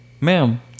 Ma'am